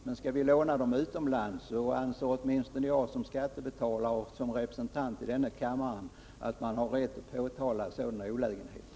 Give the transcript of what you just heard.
Men skall vi låna pengarna utomlands anser åtminstone jag som skattebetalare och som representant i denna kammare att man har rätt att påtala sådana här olägenheter.